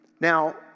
Now